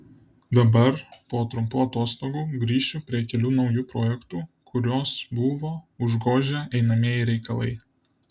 dabar po trumpų atostogų grįšiu prie kelių naujų projektų kuriuos buvo užgožę einamieji reikalai